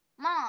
Mom